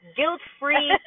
guilt-free